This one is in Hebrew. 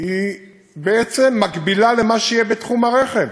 בעצם מקבילה למה שיהיה בתחום הרכב,